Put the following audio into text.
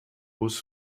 muss